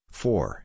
four